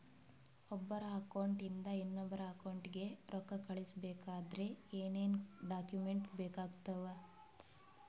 ಒಬ್ಬರ ಅಕೌಂಟ್ ಇಂದ ಇನ್ನೊಬ್ಬರ ಅಕೌಂಟಿಗೆ ರೊಕ್ಕ ಕಳಿಸಬೇಕಾದ್ರೆ ಏನೇನ್ ಡಾಕ್ಯೂಮೆಂಟ್ಸ್ ಬೇಕಾಗುತ್ತಾವ?